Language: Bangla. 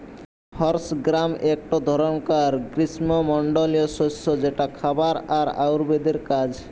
হর্স গ্রাম একটো ধরণকার গ্রীস্মমন্ডলীয় শস্য যেটা খাবার আর আয়ুর্বেদের কাজ